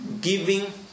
giving